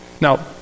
Now